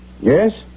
Yes